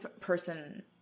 person